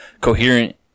coherent